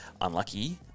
unlucky